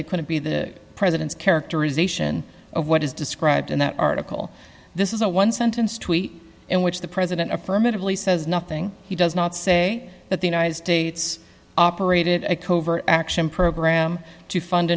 they couldn't be the president's characterization of what is described in that article this is a one sentence tweet in which the president affirmatively says nothing he does not say that the united states operated a covert action program to fund